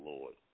Lord